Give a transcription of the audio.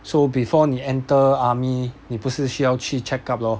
so before 你 enter army 你不是需要去 check up lor